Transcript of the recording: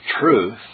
truth